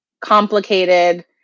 complicated